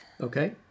Okay